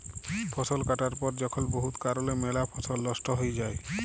ফসল কাটার পর যখল বহুত কারলে ম্যালা ফসল লস্ট হঁয়ে যায়